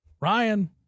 Ryan